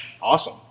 awesome